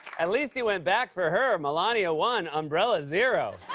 at least he went back for her. melania, one. umbrella, zero.